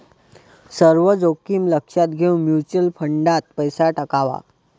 सर्व जोखीम लक्षात घेऊन म्युच्युअल फंडात पैसा टाकावा